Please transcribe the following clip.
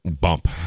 bump